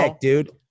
dude